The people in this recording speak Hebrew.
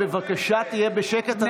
אמסלם, בבקשה תהיה בשקט.